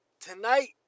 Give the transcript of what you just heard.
Tonight